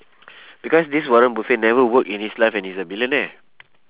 because this warren buffett never work in his life and he's a billionaire